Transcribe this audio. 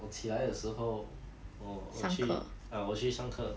我起来的时候我我去啊我去上课